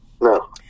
no